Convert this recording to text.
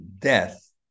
death